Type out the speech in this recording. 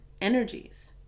energies